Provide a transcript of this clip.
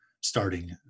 starting